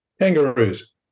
Kangaroos